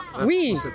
Oui